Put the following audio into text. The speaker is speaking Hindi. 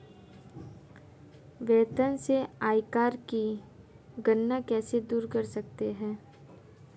वेतन से आयकर की गणना कैसे दूर कर सकते है?